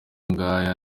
ngaya